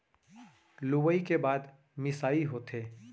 लुवई के बाद मिंसाई होथे